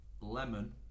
lemon